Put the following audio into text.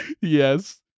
Yes